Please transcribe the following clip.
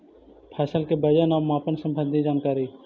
फसल के वजन और मापन संबंधी जनकारी?